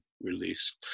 release